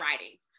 writings